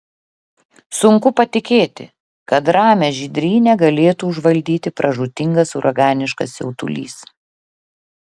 sunku patikėti kad ramią žydrynę galėtų užvaldyti pražūtingas uraganiškas siautulys